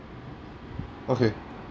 okay